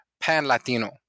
pan-latino